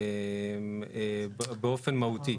באופן מהותי.